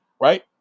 right